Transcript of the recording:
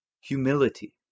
humility